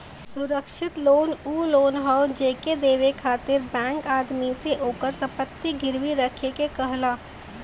सुरक्षित लोन उ लोन हौ जेके देवे खातिर बैंक आदमी से ओकर संपत्ति गिरवी रखे के कहला